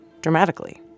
dramatically